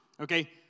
Okay